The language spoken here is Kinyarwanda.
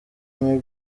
amy